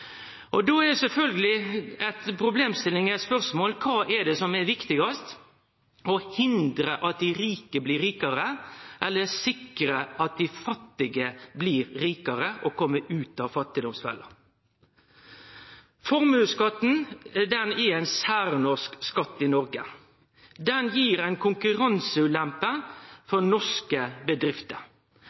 Då er sjølvsagt spørsmålet: Kva er det som er viktigast – å hindre at dei rike blir rikare, eller sikre at dei fattige blir rikare, og at dei kjem ut av fattigdomsfella? Formuesskatten er ein særnorsk skatt i Noreg. Den gir ei konkurranseulempe for norske bedrifter.